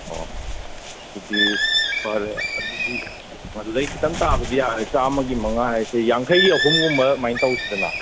ꯑꯣ ꯑꯗꯨꯗꯤ ꯐꯔꯦ ꯑꯗꯨꯗꯤ ꯂꯩ ꯈꯤꯇꯪ ꯇꯥꯕꯗꯤ ꯌꯥꯔꯦ ꯆꯥꯝꯃꯒꯤ ꯃꯉꯥ ꯍꯥꯏꯁꯦ ꯌꯥꯡꯈꯩꯒꯤ ꯑꯍꯨꯝꯒꯨꯝꯕ ꯑꯗꯨꯃꯥꯏ ꯇꯧꯁꯤꯗꯅ